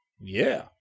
Yeah